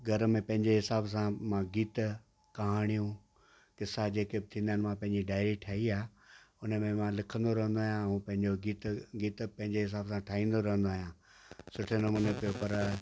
घर में पंहिंजे हिसाब सां मां गीत कहाणियूं क़िसा जे के बि थींदा आहिनि मां पंहिंजी डायरी ठाही आहे हुन में मां लिखंदो रहंदो आहियां उहो पंहिंजो गीत गीत पंहिंजे हिसाब सां ठाहींदो रहंदो आहियां सुठे नमूने पेपर